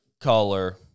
color